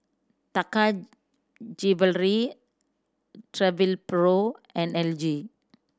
Taka Jewelry Travelpro and L G